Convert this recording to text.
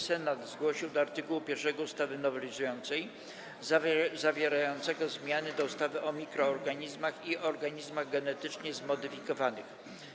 Senat zgłosił do art. 1 ustawy nowelizującej zawierającego zmiany do ustawy o mikroorganizmach i organizmach genetycznie zmodyfikowanych.